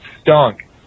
stunk